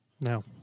No